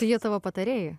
tai jie tavo patarėjai